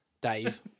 Dave